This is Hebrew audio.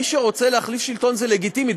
מי שרוצה להחליף שלטון, זה לגיטימי.